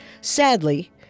Sadly